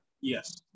Yes